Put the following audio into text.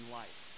life